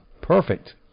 Perfect